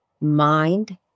mind